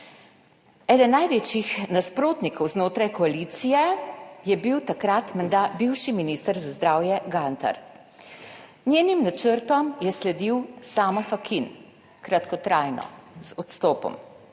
Eden največjih nasprotnikov znotraj koalicije je bil takrat menda bivši minister za zdravje Gantar. Njenim načrtom je sledil Samo Fakin, kratkotrajno, z odstopom.